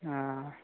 ହଁ